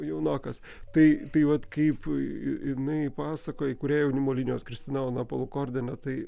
jaunokas tai tai vat kaip jinai pasakoja įkūrėja jaunimo linijos kristina ona polukordienė tai